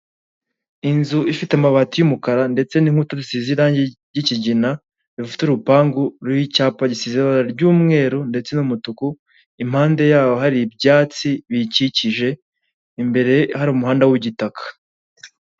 Inzu ifite amabati y'umukara ndetse n'inkuta zisize z'irangi ry'ikigina rifite urupangu ruriho icyapa gisize ibara ry'umweru ndetse n'umutuku impande yaho hari ibyatsi biyikikije imbere hari umuhanda w'igitaka.